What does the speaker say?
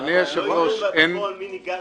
ולא יידעו מי ניגש.